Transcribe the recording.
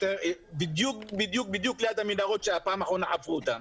בדיוק ליד המנהרות שפעם אחרונה חפרו אותן.